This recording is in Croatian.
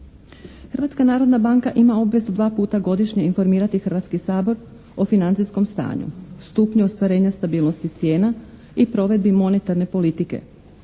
Hrvatska narodna banka ima obvezu dva puta godišnje informirati Hrvatski sabor o financijskom stanju, stupnju ostvarenja stabilnosti cijena i provedbi monetarne politike.